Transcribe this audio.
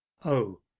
o,